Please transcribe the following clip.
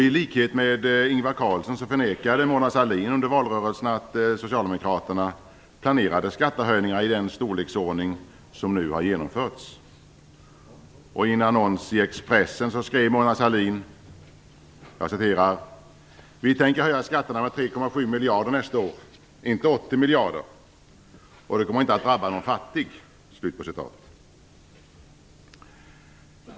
I likhet med Ingvar Carlsson förnekade Mona Sahlin under valrörelsen att Socialdemokraterna planerade skattehöjningar i den storleksordning som nu har genomförts. I en annons i Expressen skrev Mona Sahlin: "Vi tänker höja skatterna med 3,7 miljarder nästa år, inte 80 miljarder. Och det kommer inte att drabba någon fattig".